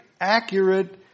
accurate